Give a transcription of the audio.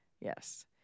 yes